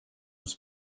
was